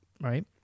right